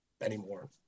anymore